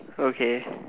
okay